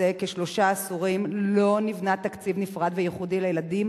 זה כשלושה עשורים לא נבנה תקציב נפרד וייחודי לילדים